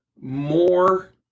more